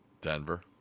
Denver